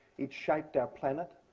it shaped our planet.